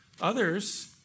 Others